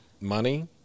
money